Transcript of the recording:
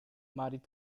married